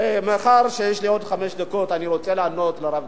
מאחר שיש לי עוד חמש דקות אני רוצה לענות לרב גפני.